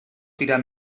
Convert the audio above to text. tirar